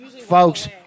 folks